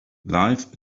life